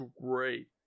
great